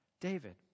David